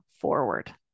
forward